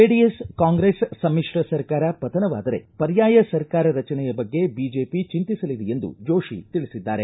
JDS Congress ಸಮಿಶ್ರ ಸರ್ಕಾರ ಪತನವಾದರೆ ಪರ್ಯಾಯ ಸರ್ಕಾರ ರಚನೆಯ ಬಗ್ಗೆ ಬಿಜೆಪಿ ಚಿಂತಿಸಲಿದೆ ಎಂದು ಜೋಶಿ ತಿಳಿಸಿದ್ದಾರೆ